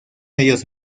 ellos